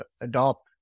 adopt